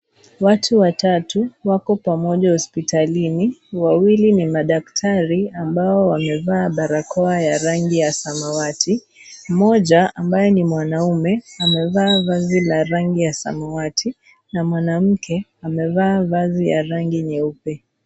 Watu watatu wako pamoja hospitalini, wawili ni madaktari ambao wamevaa barakoa ya rangi ya samawati. Mmoja ambaye ni mwanaume amevaa vazi ya rangi ya samawati na mwanamke amevaa vazi ya rangi nyeupe.